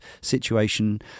situation